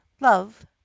Love